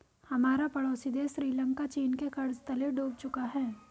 हमारा पड़ोसी देश श्रीलंका चीन के कर्ज तले डूब चुका है